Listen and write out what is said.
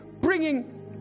bringing